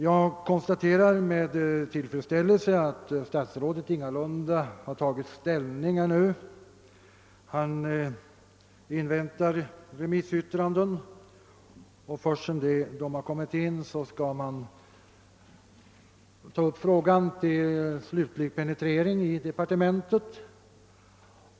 Det är med tillfredsställelse jag konstaterar att statsrådet ännu inte har tagit ställning i denna fråga — han inväntar remissyttranden, och först då dessa kommit in tas frågan upp till slutlig penetrering i departementet.